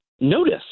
notice